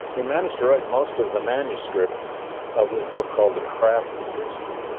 he managed to write most of the manuscript of his book called the craft of history.